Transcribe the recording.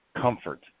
comfort